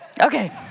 Okay